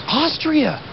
austria